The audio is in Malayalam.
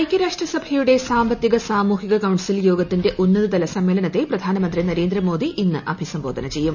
ഐക്യരാഷ്ട്ര സഭയുടെ സാമ്പത്തിക സാമൂഹിക കൌൺസിൽ യോഗത്തിന്റെ ഉന്നതതല സമ്മേളനത്തെ പ്രധാനമന്ത്രി നരേന്ദ്രമോദി ഇന്ന് രാത്രി അഭിസംബോധന ചെയ്യും